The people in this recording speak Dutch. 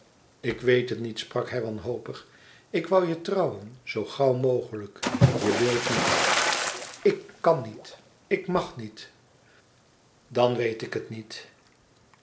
ik weet het niet sprak hij wanhopig ik woû je trouwen zoo gauw mogelijk je wilt niet ik kan niet ik mag niet dan weet ik het niet